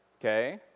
okay